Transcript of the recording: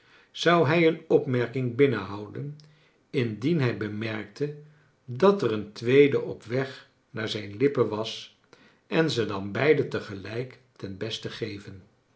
zou hij een opmerking binnenhouden indien hij bemerkte dat er een tweede op weg naar zijn lippen was en ze dan beide te gelijk ten beste geven